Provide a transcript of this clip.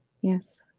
Yes